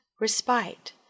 respite